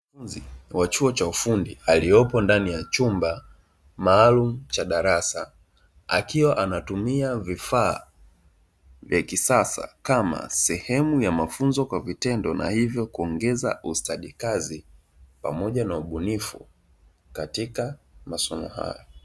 Mwanafunzi wa chuo cha ufundi aliyepo ndani ya chumba maalum cha darasa, akiwa anatumia vifaa vya kisasa kama sehemu ya mafunzo kwa vitendo na hivyo kuongeza ustadi kazi pamoja na ubunifu katika masomo hayo.